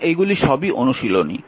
এখন এইগুলি সবই অনুশীলনী